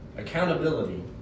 Accountability